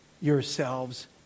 yourselves